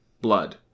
blood